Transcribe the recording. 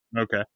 Okay